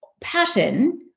pattern